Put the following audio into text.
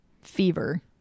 Fever